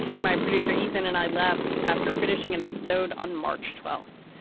my producer, ethan and i left after finishing an episode on march twelfth.